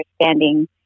understanding